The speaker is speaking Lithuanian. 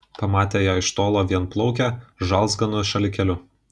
pamatė ją iš tolo vienplaukę žalzganu šalikėliu